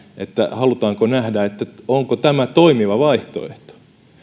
halutaanko nähdä onko tämä toimiva vaihtoehto